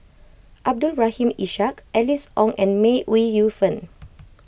Abdul Rahim Ishak Alice Ong and May Ooi Yu Fen